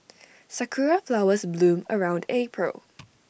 Sakura Flowers bloom around April